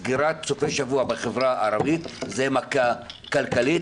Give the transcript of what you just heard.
סגירה בסופי שבוע בחברה הערבית זו מכה כלכלית,